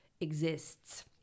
exists